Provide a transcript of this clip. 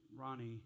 Ronnie